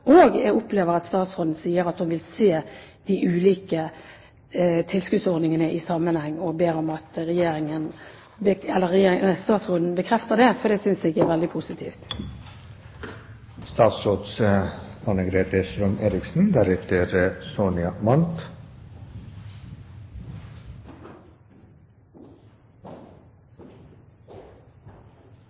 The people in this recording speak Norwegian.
er jeg glad for at det blir et hurtigarbeidende utvalg, og jeg opplever at statsråden vil se de ulike tilskuddsordningene i sammenheng. Jeg ber om at statsråden bekrefter det, for det synes jeg er veldig positivt.